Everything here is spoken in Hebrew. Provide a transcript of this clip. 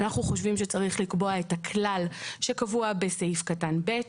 אנחנו חושבים שצריך לקבוע את הכלל שקבוע בסעיף קטן (ב).